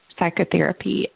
psychotherapy